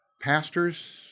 Pastors